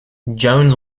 jones